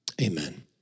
amen